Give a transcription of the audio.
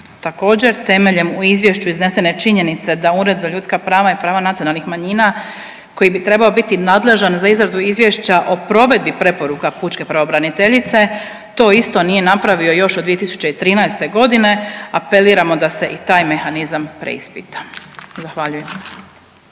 Također temeljem u izvješću iznesene činjenice da Ured za ljudska prava i prava nacionalnih manjina koji bi trebao biti nadležan za izradu izvješća o provedbi preporuka pučke pravobraniteljice to isto nije napravio još od 2013.g., apeliramo da se i taj mehanizam preispita, zahvaljujem.